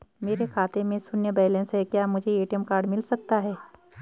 मेरे खाते में शून्य बैलेंस है क्या मुझे ए.टी.एम कार्ड मिल सकता है?